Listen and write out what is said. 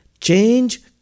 Change